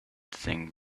thing